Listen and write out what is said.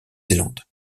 zélande